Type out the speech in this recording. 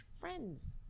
friends